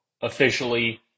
officially